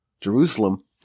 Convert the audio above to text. Jerusalem